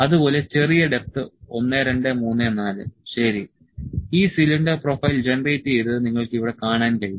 അതുപോലെ ചെറിയ ഡെപ്ത് 1 2 3 4 ശരി ഈ സിലിണ്ടർ പ്രൊഫൈൽ ജനറേറ്റുചെയ്തത് നിങ്ങൾക്ക് ഇവിടെ കാണാൻ കഴിയും